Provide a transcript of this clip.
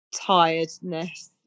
tiredness